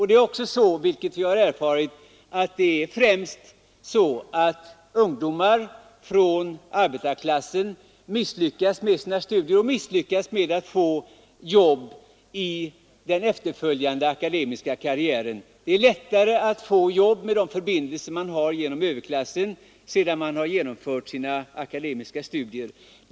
Det är också så, vilket jag har erfarit, att det främst är ungdomar från arbetarklassen som misslyckas med sina studier och misslyckas med att få arbete i den efterföljande akademiska karriären. Det är lättare att få arbete med de förbindelser man har inom överklassen sedan man har genomfört sina akademiska studier.